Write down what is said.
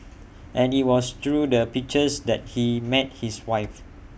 and IT was through the pictures that he met his wife